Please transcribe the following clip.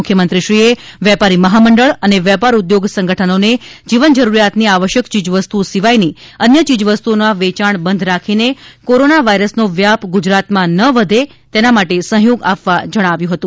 મુખ્યમંત્રીશ્રીએ વેપારી મહામંડળ અને વેપાર ઉદ્યોગ સગંઠનોને જીવજરૂરિયાતની આવશ્યક ચીજવસ્તુઓ સિવાયની અન્ય ચીજવસ્તુઓના વેચાણ બંધ રાખીને કોરોના વાયરસનો વ્યાપ ગુજરાતમાં ન વધે તેના માટે સહયોગ આપવા જણાવ્યું હતું